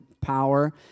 power